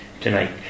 tonight